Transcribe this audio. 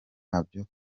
nabyo